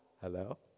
hello